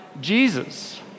Jesus